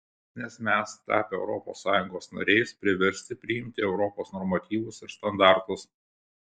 nes mes tapę europos sąjungos nariais priversti priimti europos normatyvus ir standartus